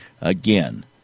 Again